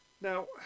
Now